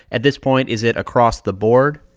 at this point, is it across the board?